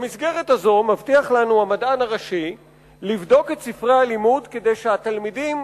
במסגרת הזאת מבטיח לנו המדען הראשי לבדוק את ספרי הלימוד כדי שהתלמידים,